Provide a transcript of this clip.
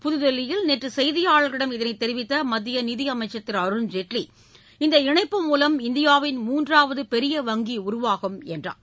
புதுதில்லியில் நேற்று செய்தியாளர்களிடம் இதனைத் தெரிவித்த மத்திய நிதியமைச்சர் திரு அருண்ஜேட்லி இந்த இணைப்பு மூலம் இந்தியாவின் மூன்றாவது பெரிய வங்கி உருவாகும் என்றார்